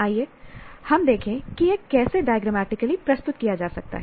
आइए हम देखें कि यह कैसे डायग्रामेटिकली प्रस्तुत किया जा सकता है